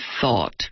thought